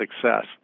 success